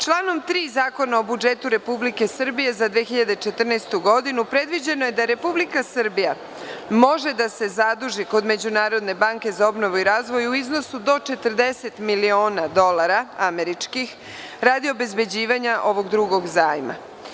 Članom 3. Zakona o budžetu Republike Srbije za 2014. godinu predviđeno je da Republika Srbija može da se zaduži kod Međunarodne banke za obnovu i razvoj u iznosu do 40 miliona američkih dolara, a radi obezbeđivanja ovog drugog zajma.